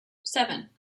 seven